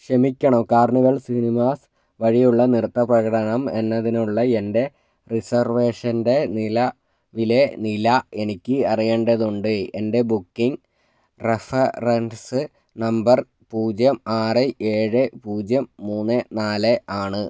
ക്ഷമിക്കണം Carnival Cinemas വഴിയുള്ള നൃത്ത പ്രകടനം എന്നതിനുള്ള എൻ്റെ റിസർവേഷൻ്റെ നിലവിലെ നില എനിക്ക് അറിയേണ്ടതുണ്ട് എൻ്റെ ബുക്കിംഗ് റഫറൻസ് നമ്പർ പൂജ്യം ആറ് ഏഴ് പൂജ്യം മൂന്ന് നാല് ആണ്